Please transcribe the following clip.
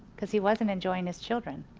cause he wasn't enjoying his children.